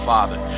Father